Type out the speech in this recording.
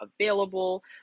available